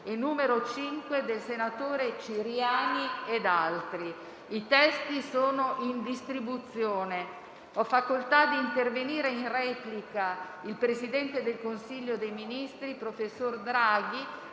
e n. 5, dal senatore Ciriani e da altri senatori. I testi sono in distribuzione. Ha facoltà di intervenire il presidente del Consiglio dei ministri, professor Draghi,